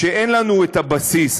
כשאין לנו את הבסיס.